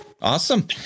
Awesome